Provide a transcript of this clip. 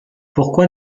pourquoi